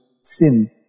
sin